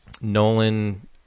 Nolan